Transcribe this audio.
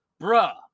Bruh